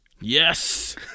Yes